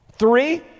Three